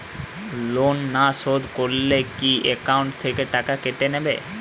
Loan না শোধ করলে কি একাউন্ট থেকে টাকা কেটে নেবে?